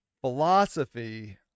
philosophy